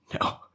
No